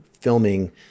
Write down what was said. filming